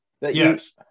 Yes